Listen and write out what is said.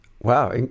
Wow